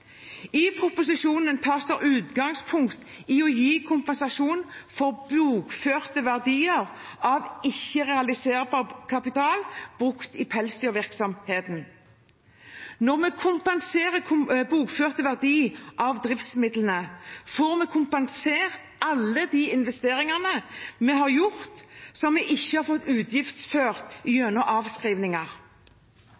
I proposisjonen tas det utgangspunkt i å gi kompensasjon for bokførte verdier av ikke-realiserbar kapital brukt i pelsdyrvirksomheten. Når man kompenserer bokført verdi av driftsmidlene, får man kompensert alle de investeringene man har gjort som man ikke har fått utgiftsført